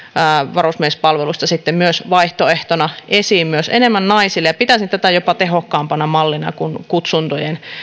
varusmiespalvelusta myös vaihtoehtona esiin enemmän myös naisille ja pitäisin tätä jopa tehokkaampana mallina kuin kutsuntojen